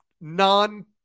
non